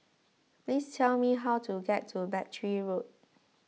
please tell me how to get to Battery Road